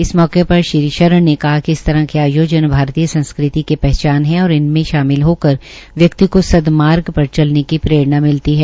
इस मौके पर श्री शरण ने कहा कि इस तरह के आयोजन भारतीय संस्कृति की पहचान है और इनमें शामिल होकर व्यक्ति को सदमार्ग पर चलने की प्ररेणा मिलती है